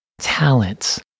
talents